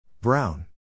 Brown